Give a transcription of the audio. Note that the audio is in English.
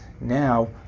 now